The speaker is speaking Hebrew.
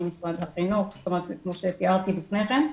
ממשרד החינוך כמו שתיארתי לפני כן.